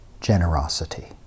generosity